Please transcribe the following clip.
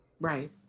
right